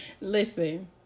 Listen